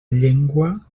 llengua